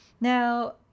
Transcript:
now